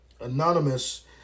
anonymous